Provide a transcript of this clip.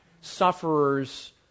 sufferers